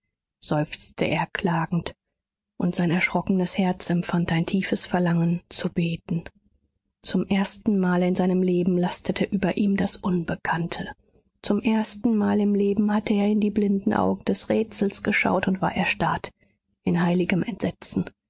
seufzte er klagend und sein erschrockenes herz empfand ein tiefes verlangen zu beten zum erstenmal in seinem leben lastete über ihm das unbekannte zum erstenmal im leben hatte er in die blinden augen des rätsels geschaut und war erstarrt in heiligem entsetzen